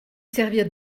servir